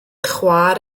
chwaer